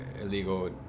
illegal